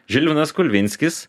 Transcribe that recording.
žilvinas kulvinskis